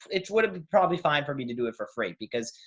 it's would have been probably fine for me to do it for free because,